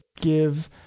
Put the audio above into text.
Give